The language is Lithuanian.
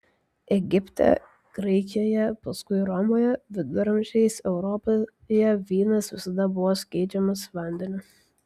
egipte graikijoje paskui romoje viduramžiais europoje vynas visada buvo skiedžiamas vandeniu